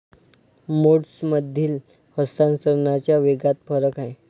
मोड्समधील हस्तांतरणाच्या वेगात फरक आहे